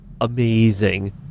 amazing